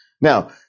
Now